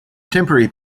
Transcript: temporary